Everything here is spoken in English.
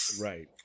Right